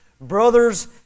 brothers